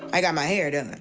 i got my hair done.